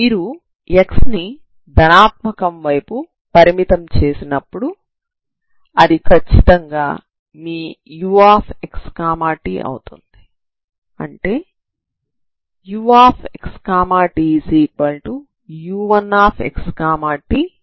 మీరు x ని ధనాత్మకం వైపు పరిమితం చేసినప్పుడు అది ఖచ్చితంగా మీ uxt అవుతుంది